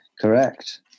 Correct